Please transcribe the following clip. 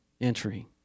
entry